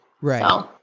Right